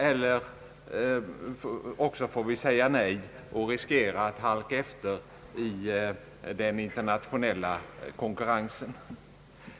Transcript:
Annars får vi säga nej och riskera att halka efter i den internationella konkurrensen.